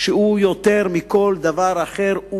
שהוא אולי יותר מכל דבר אחר,